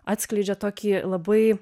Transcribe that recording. atskleidžia tokį labai